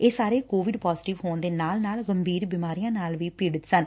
ਇਹ ਸਾਰੇ covid positive ਹੋਣ ਦੇ ਨਾਲ ਨਾਲ ਗੰਭੀਰ ਬਿਮਾਰੀਆਂ ਨਾਲ ਵੀ ਪੀੜਤ ਸਨ